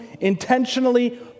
intentionally